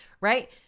right